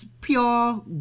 pure